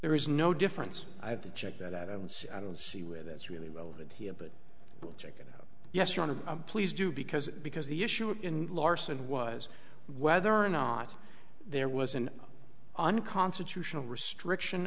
there is no difference i have to check that out and i don't see where that's really relevant here but will check it out yes your honor please do because because the issue of larson was whether or not there was an unconstitutional restriction